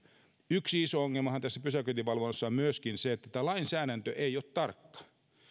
yksi iso ongelmahan tässä pysäköintivalvonnassa on myöskin se että tämä lainsäädäntö ei ole tarkka